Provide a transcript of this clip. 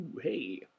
hey